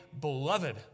beloved